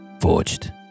forged